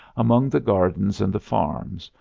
among the gardens and the farms,